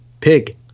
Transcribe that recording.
Pig